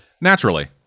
Naturally